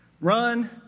Run